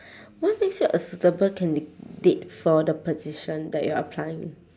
what makes you a suitable candidate for the position that you are applying